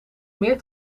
meer